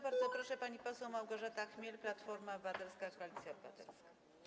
Bardzo proszę, pani poseł Małgorzata Chmiel, Platforma Obywatelska - Koalicja Obywatelska.